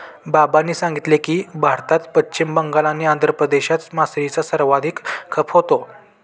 बाबांनी सांगितले की, भारतात पश्चिम बंगाल आणि आंध्र प्रदेशात मासळीचा सर्वाधिक खप होतो